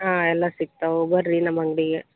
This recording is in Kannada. ಹಾಂ ಎಲ್ಲ ಸಿಗ್ತವೆ ಬನ್ರಿ ನಮ್ಮ ಅಂಗಡಿಗೆ